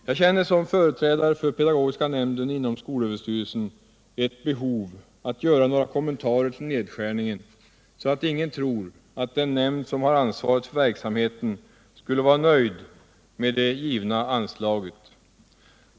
Jag känner som företrädare för pedagogiska nämnden inom skolöverstyrelsen ett behov av att göra några kommentarer till nedskärningen, så att ingen tror att den nämnd som har ansvaret för verksamheten skulle vara nöjd med det givna anslaget.